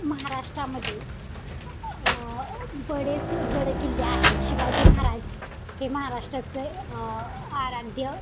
महाराष्ट्रामध्ये बरेच गडकिल्ले आहेत शिवाजी महाराज हे महाराष्ट्राचे आराध्य